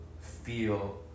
feel